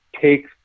take